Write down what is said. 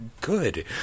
good